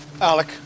Alec